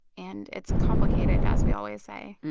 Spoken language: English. and it's complicated, as we always say.